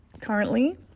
Currently